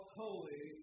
holy